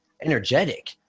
energetic